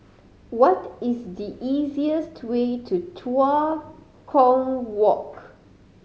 what is the easiest way to Tua Kong Walk